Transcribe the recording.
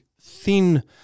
thin